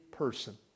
person